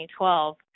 2012